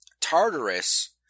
Tartarus